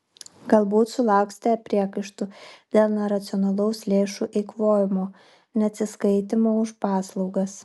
galbūt sulauksite priekaištų dėl neracionalaus lėšų eikvojimo neatsiskaitymo už paslaugas